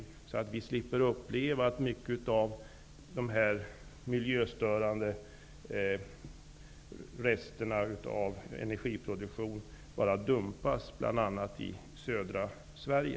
På så sätt skulle vi slippa att uppleva att många av de miljöstörande resterna av energiproduktion bara dumpas bl.a. i södra Sverige.